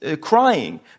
crying